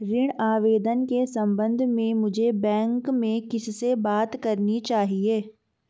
ऋण आवेदन के संबंध में मुझे बैंक में किससे बात करनी चाहिए?